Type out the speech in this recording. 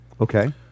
Okay